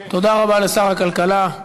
תודה רבה לשר הכלכלה.